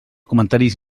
comentaris